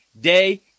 Day